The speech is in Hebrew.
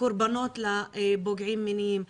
קרבנות לפוגעים מיניים,